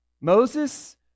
Moses